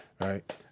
right